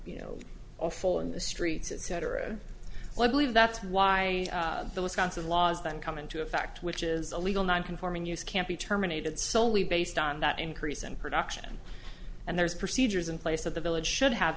you know awful in the streets etc well i believe that's why the wisconsin laws that come into effect which is a legal non conforming use can't be terminated so we based on that increase in production and there's procedures in place of the village should have